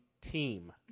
team